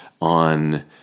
on